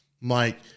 Mike